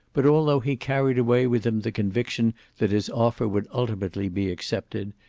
but, although he carried away with him the conviction that his offer would ultimately be accepted,